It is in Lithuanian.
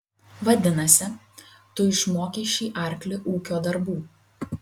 vadinasi tu išmokei šį arklį ūkio darbų